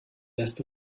lässt